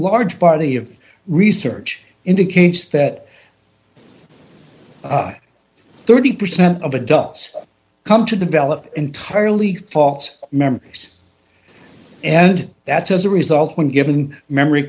large party of research indicates that thirty percent of adults come to develop entirely false memories and that's as a result when given memory